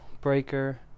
Breaker